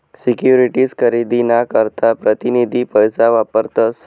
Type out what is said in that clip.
securities खरेदी ना करता प्रतीनिधी पैसा वापरतस